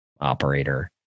operator